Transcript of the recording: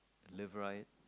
live right